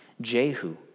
Jehu